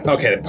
Okay